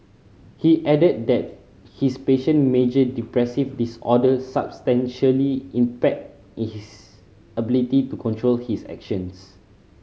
he added that his patient major depressive disorder substantially impaired his ability to control his actions